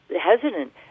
hesitant